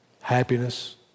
happiness